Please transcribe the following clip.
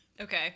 okay